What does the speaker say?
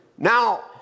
now